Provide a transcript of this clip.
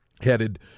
headed